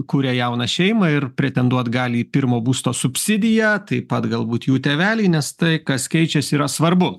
kuria jauną šeimą ir pretenduot gali į pirmo būsto subsidiją taip pat galbūt jų tėveliai nes tai kas keičiasi yra svarbu